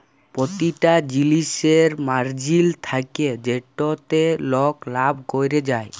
পতিটা জিলিসের মার্জিল থ্যাকে যেটতে লক লাভ ক্যরে যায়